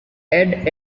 and